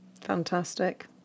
Fantastic